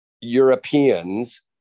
Europeans